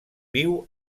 viu